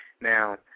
Now